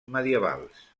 medievals